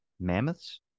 mammoths